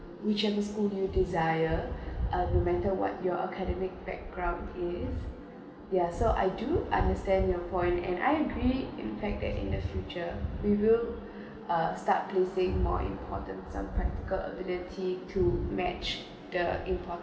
whichever school you desire uh no matter what your academic background is ya so I do I understand your point and I agree in fact that in the future we will uh start placing more important some practical ability to match the import